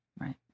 Right